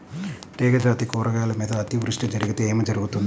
తీగజాతి కూరగాయల మీద అతివృష్టి జరిగితే ఏమి జరుగుతుంది?